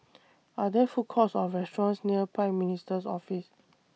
Are There Food Courts Or restaurants near Prime Minister's Office